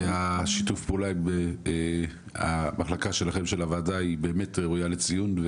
שיתוף הפעולה של המחלקה שלכם עם הוועדה באמת ראויה לציון.